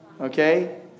Okay